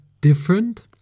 different